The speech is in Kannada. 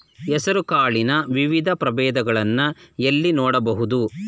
ಹೆಸರು ಕಾಳಿನ ವಿವಿಧ ಪ್ರಭೇದಗಳನ್ನು ಎಲ್ಲಿ ನೋಡಬಹುದು?